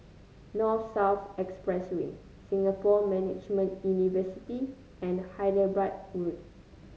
North South Expressway Singapore Management University and Hyderabad Road